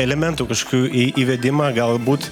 elementų kažkokių į įvedimą galbūt